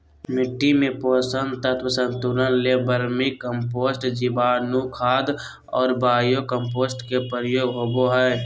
मिट्टी में पोषक तत्व संतुलन ले वर्मी कम्पोस्ट, जीवाणुखाद और बायो कम्पोस्ट के प्रयोग होबो हइ